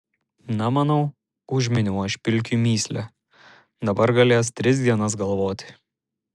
na manau užminiau aš pilkiui mįslę dabar galės tris dienas galvoti